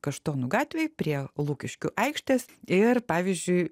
kaštonų gatvėj prie lukiškių aikštės ir pavyzdžiui